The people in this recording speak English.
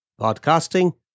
podcasting